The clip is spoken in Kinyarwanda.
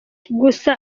gusa